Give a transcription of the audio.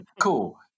cool